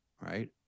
right